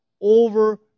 over